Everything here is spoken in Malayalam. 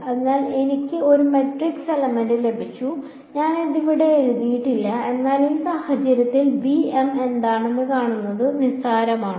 അതിനാൽ എനിക്ക് ഒരു മാട്രിക്സ് എലമെന്റ് ലഭിച്ചു ഞാൻ അത് ഇവിടെ എഴുതിയിട്ടില്ല എന്നാൽ ഈ സാഹചര്യത്തിൽ ബിഎം എന്താണെന്ന് കാണുന്നത് നിസ്സാരമാണോ